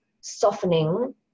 softening